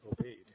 obeyed